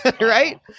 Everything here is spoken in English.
right